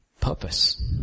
Purpose